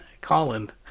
Colin